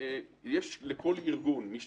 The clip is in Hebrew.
לכל ארגון מד"א,